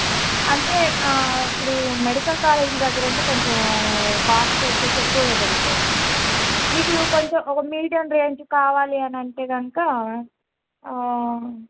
అంటే ఇపుడు medical college దగ్గర అంటే కొంచెం కాస్ట్ వచ్చి ఎక్కువ పడిద్దండి మీకు కొంచెం ఒక మీడియం రేంజ్ కావాలి అని అంటే కనుక